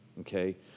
Okay